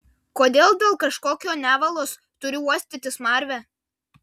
kodėl dėl kažkokio nevalos turiu uostyti smarvę